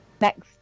next